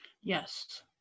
yes